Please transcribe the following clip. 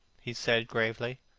he said gravely.